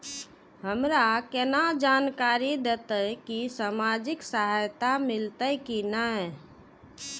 हमरा केना जानकारी देते की सामाजिक सहायता मिलते की ने?